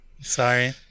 Sorry